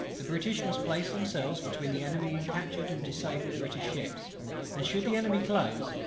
the british must place themselves between the enemy and captured, and disabled british ships and should the enemy close,